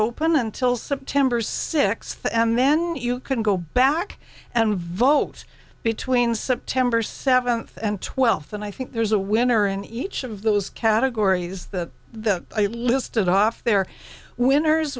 open until september sixth and then you can go back and vote between september seventh and twelfth and i think there's a winner in each of those categories that the i listed off their winners